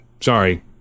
sorry